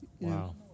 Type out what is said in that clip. Wow